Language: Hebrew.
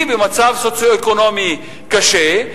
היא במצב סוציו-אקונומי קשה,